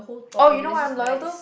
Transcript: oh you know what I'm loyal to